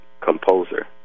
composer